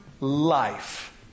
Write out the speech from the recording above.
life